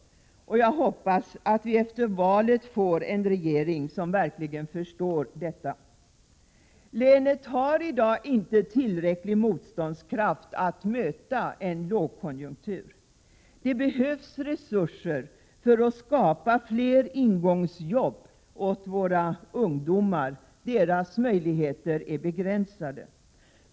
Jag hoppas att vi efter valet får en regering som verkligen förstår detta. Länet har i dag inte tillräckligt stor motståndskraft för att kunna möta en lågkonjunktur. Det behövs således resurser för att skapa fler ingångsjobb åt våra ungdomar. Deras möjligheter är begränsade.